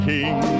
King